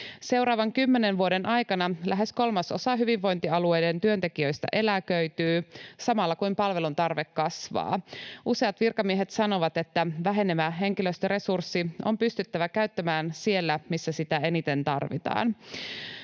Seuraavan kymmenen vuoden aikana lähes kolmasosa hyvinvointialueiden työntekijöistä eläköityy, samalla kun palvelun tarve kasvaa. Useat virkamiehet sanovat, että vähenevä henkilöstöresurssi on pystyttävä käyttämään siellä, missä sitä eniten tarvitaan.